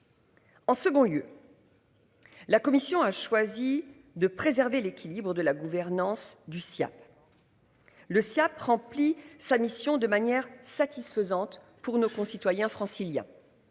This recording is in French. En second lieu. La commission a choisi de préserver l'équilibre de la gouvernance du sien. Le Siaap rempli sa mission de manière satisfaisante pour nos concitoyens francilien.